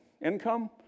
income